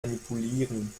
manipulieren